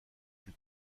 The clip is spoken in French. plus